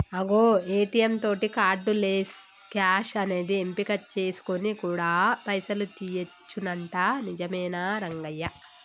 అగో ఏ.టీ.యం తోటి cardless cash అనేది ఎంపిక చేసుకొని కూడా పైసలు తీయొచ్చునంట నిజమేనా రంగయ్య